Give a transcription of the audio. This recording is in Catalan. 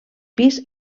pis